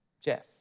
Jeff